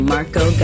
Marco